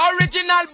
Original